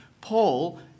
Paul